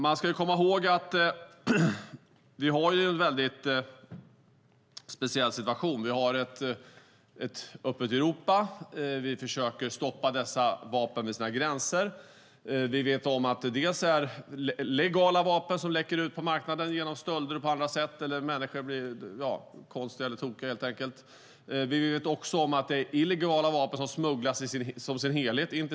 Man ska komma ihåg att vi har en väldigt speciell situation. Vi har ett öppet Europa, och vi försöker stoppa dessa vapen vid gränserna. Vi vet om att det dels är legala vapen som läcker ut på marknaden genom stölder och på andra sätt eller genom att människor helt enkelt blir konstiga eller tokiga, dels att det är illegala vapen som smugglas in i Sverige i sin helhet.